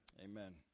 amen